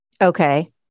Okay